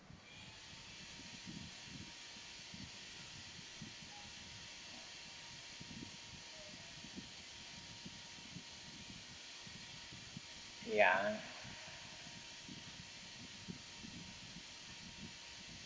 ya